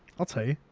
i'll tell you